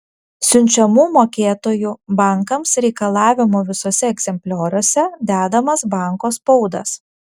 siunčiamų mokėtojų bankams reikalavimų visuose egzemplioriuose dedamas banko spaudas